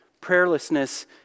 prayerlessness